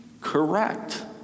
correct